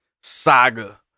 saga